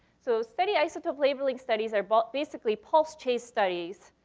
so, steady isotope labeling studies are but basically pulse chase studies